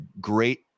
great